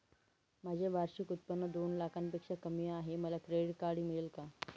माझे वार्षिक उत्त्पन्न दोन लाखांपेक्षा कमी आहे, मला क्रेडिट कार्ड मिळेल का?